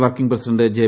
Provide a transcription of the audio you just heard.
working president J